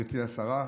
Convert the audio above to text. גברתי השרה,